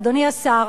ואדוני השר,